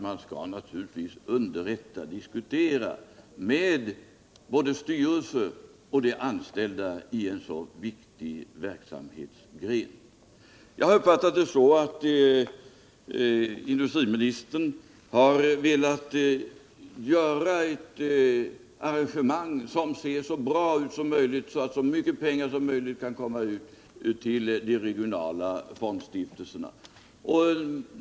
Man skall naturligtvis diskutera med och underrätta både styrelsen och de anställda i en så viktig verksamhetsgren. Jag har uppfattat det så att industriministern har velat åstadkomma ett arrangemang som ser bra ut och som gör att så mycket pengar som möjligt kan komma ut till de regionala fondstiftelserna.